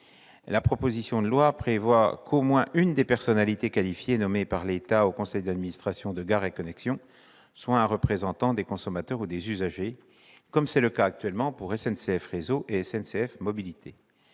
La proposition de loi prévoit qu'au moins une des personnalités qualifiées nommées par l'État au conseil d'administration de Gares & Connexions soit un représentant des consommateurs ou des usagers, comme c'est le cas actuellement pour SNCF Réseau et SNCF Mobilités.